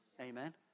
Amen